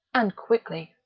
and quickly!